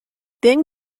then